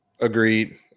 Agreed